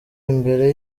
imbere